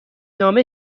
نامه